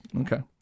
okay